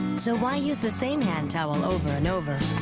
so why use the same hand towel over and over,